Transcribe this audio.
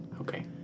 Okay